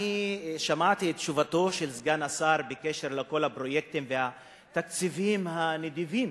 שמעתי את תשובתו של סגן השר על כל הפרויקטים והתקציבים הנדיבים